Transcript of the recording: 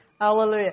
Hallelujah